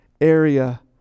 area